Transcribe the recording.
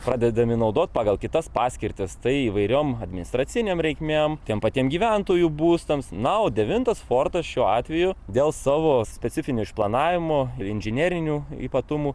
pradedami naudoti pagal kitas paskirtis tai įvairiom administracinėm reikmėm tiem patiem gyventojų būstams na o devintas fortas šiuo atveju dėl savo specifinio išplanavimo ir inžinerinių ypatumų